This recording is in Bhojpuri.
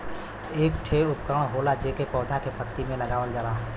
एक ठे उपकरण होला जेके पौधा के पत्ती में लगावल जाला